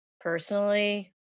personally